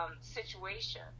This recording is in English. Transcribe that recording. situation